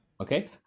Okay